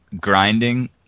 grinding